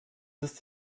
ist